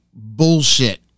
Bullshit